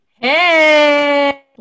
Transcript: Hey